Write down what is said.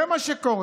זה מה שקורה.